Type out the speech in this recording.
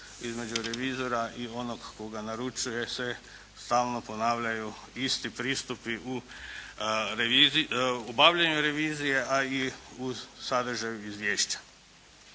između revizora i onog koga naručuje se stalno ponavljaju isti pristupi u obavljaju revizije, a i u sadržaju izvješća.